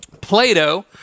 Plato